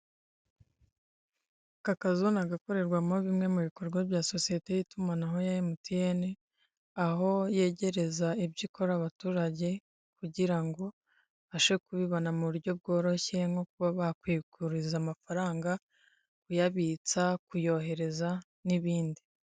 Aka kazu ni agakorerwamo bimwe mu bikorwa bya sosiyete y'itumanaho ya emutiyeni, aho yegereza ibyo ikora abaturage, kugira ngo babashe kubibona mu buryo bworoshye, nko kuba bakwibikuriza amafaranga, kuyabitsa, kuyohereza, n'ibindi.